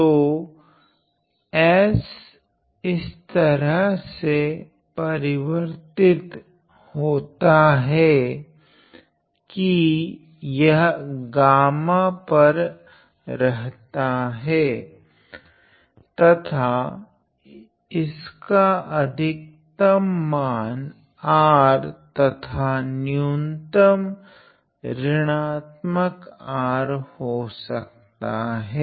तो s इस तरह से परिवर्तित होता है की यह गामा पर रहता है तथा इसका अधिकतम मान R तथा न्यूनतम ऋणात्मक R हो सकता हैं